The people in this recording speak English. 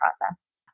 process